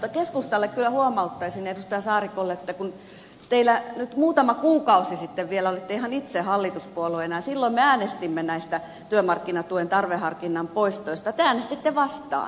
mutta keskustalle ja edustaja saarikolle kyllä huomauttaisin että kun nyt muutama kuukausi sitten vielä olitte ihan itse hallituspuolueena ja silloin me äänestimme näistä työmarkkinatuen tarveharkinnan poistoista te äänestitte vastaan